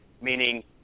meaning